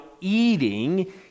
eating